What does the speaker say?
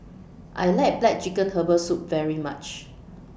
I like Black Chicken Herbal Soup very much